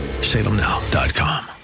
salemnow.com